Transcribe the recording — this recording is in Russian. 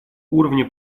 уровня